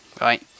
right